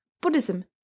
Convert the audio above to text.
Buddhism